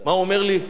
מה הוא אומר לי?